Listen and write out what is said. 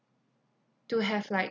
to have like